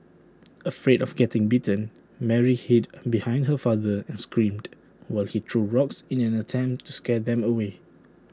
afraid of getting bitten Mary hid behind her father and screamed while he threw rocks in an attempt to scare them away